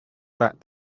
that